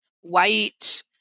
white